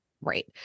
Right